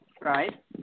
Right